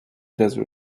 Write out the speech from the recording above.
desert